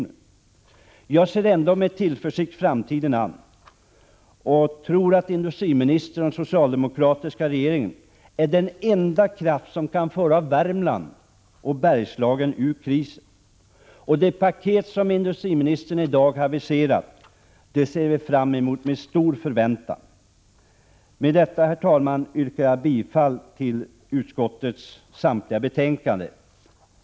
Jag ser emellertid ändå med tillförsikt framtiden an och tror att industriministern och den socialdemokratiska regeringen är den enda kraft som kan föra Värmland och Bergslagen ut ur krisen. Det paket som industriministern i dag aviserade ser vi fram emot med stor förväntan. Med detta, herr talman, yrkar jag bifall till utskottets hemställan på samtliga punkter.